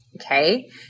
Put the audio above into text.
Okay